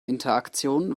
interaktion